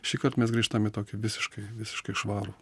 šįkart mes grįžtam į tokį visiškai visiškai švarų